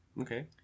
Okay